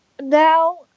now